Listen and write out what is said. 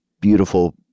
beautiful